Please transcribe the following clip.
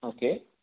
okay